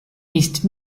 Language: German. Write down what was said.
ist